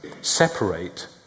separate